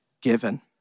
given